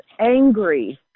angry